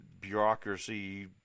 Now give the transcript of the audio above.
bureaucracy